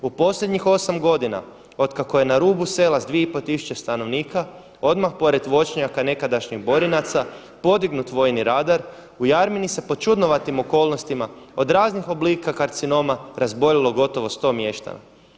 U poslijednjih 8 godina od kako je na rubu sela s 2,5 tisuće stanovnika odmah pored voćnjaka nekadašnjih Borinaca podignut vojni radar u Jarmini se pod čudnovatim okolnostima od raznih oblika karcinoma razboljelo gotovo sto mještana.